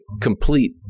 complete